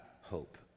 hope